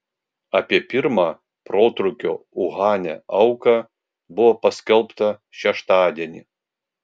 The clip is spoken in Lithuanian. apie pirmą protrūkio uhane auką buvo paskelbta šeštadienį